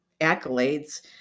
accolades